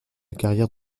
carrière